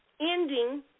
Ending